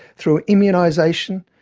through immunization,